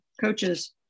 coaches